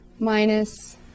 minus